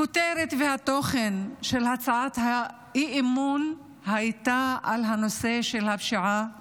הכותרת והתוכן של הצעת האי-אמון הייתה על הנושא של הפשיעה הגואה,